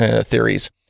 theories